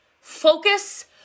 Focus